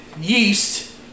yeast